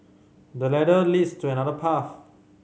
the ladder leads to another path